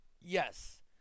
yes